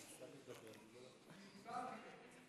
השר הנגבי צפוי להצביע נגד.